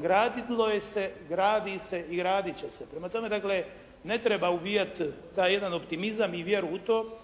gradilo se, gradi se i radit će se. Prema tome dakle ne treba ubijati taj jedan optimizam i vjeru u to